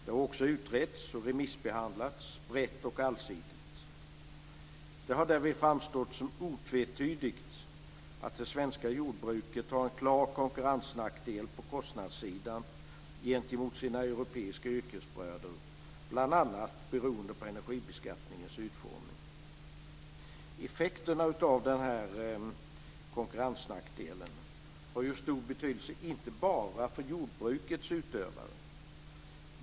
Den har också utretts och remissbehandlats brett och allsidigt. Det har därvid framstått som otvetydigt att det svenska jordbruket har en klar konkurrensnackdel på kostnadssidan gentemot sina europeiska yrkesbröder, bl.a. beroende på energibeskattningens utformning. Effekterna av den här konkurrensnackdelen har ju stor betydelse inte bara för jordbrukets utövare.